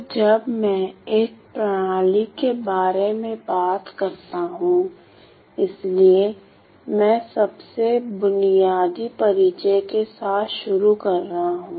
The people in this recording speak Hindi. तो जब मैं एक प्रणाली के बारे में बात करता हूं इसलिए मैं सबसे बुनियादी परिचय के साथ शुरू कर रहा हूं